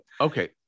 Okay